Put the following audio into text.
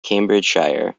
cambridgeshire